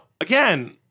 again